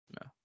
No